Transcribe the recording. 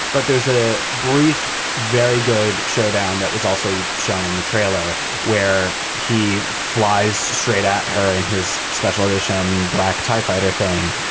but there's a brief, very good showdown that was also shown in the trailer where he flies straight at her in his special dish and black tie fighter thing.